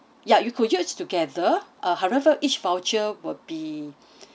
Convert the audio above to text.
ya you could use together uh however each voucher will be